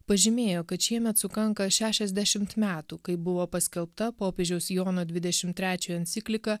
pažymėjo kad šiemet sukanka šešiasdešimt metų kai buvo paskelbta popiežiaus jono dvidešim trečiojo enciklika